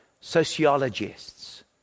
sociologists